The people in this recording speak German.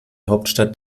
hauptstadt